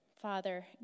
Father